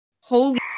Holy